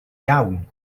iawn